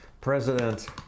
President